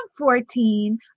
14